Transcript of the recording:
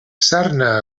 sarna